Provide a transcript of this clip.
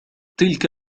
تلك